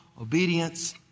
obedience